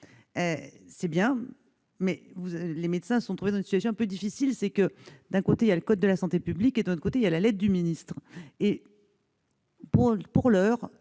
Soit ! Mais les médecins se sont trouvés dans une situation un peu difficile : d'un côté, il y a le code de la santé publique et, de l'autre, il y a la lettre du ministre. Or, pour l'heure,